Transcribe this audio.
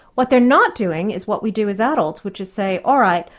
what they're not doing is what we do as adults which is say, all right,